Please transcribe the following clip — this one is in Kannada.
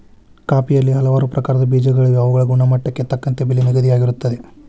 ಕಾಫಿಯಲ್ಲಿ ಹಲವಾರು ಪ್ರಕಾರದ ಬೇಜಗಳಿವೆ ಅವುಗಳ ಗುಣಮಟ್ಟಕ್ಕೆ ತಕ್ಕಂತೆ ಬೆಲೆ ನಿಗದಿಯಾಗಿರುತ್ತದೆ